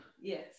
Yes